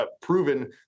proven